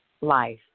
life